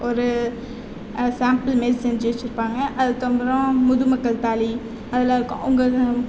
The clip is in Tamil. ஒரு சாம்பிள் மாரி செஞ்சு வெச்சுருப்பாங்க அதுக்கு தொம்புறம் முது மக்கள் தாழி அதெலாம் இருக்கும் அவங்க